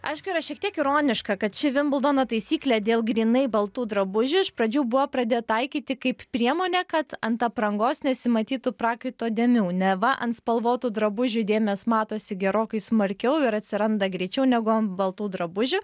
aišku yra šiek tiek ironiška kad ši vimbldono taisyklė dėl grynai baltų drabužių iš pradžių buvo pradėta taikyti kaip priemonė kad ant aprangos nesimatytų prakaito dėmių neva ant spalvotų drabužių dėmės matosi gerokai smarkiau ir atsiranda greičiau negu ant baltų drabužių